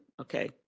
Okay